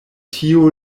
tio